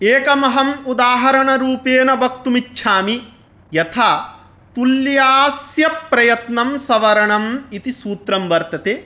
एकमहम् उदाहरणरूपेण वक्तुमिच्छामि यथा तुल्यास्यप्रयत्नं सवर्णम् इति सूत्रं वर्तते